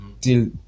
till